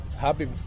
happy